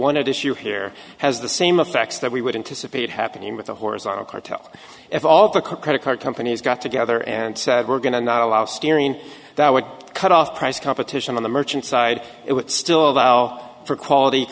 one at issue here has the same effects that we would anticipate happening with the horizontal cartel if all the credit card companies got together and said we're going to go last year in i would cut off price competition on the merchant side it would still allow for quality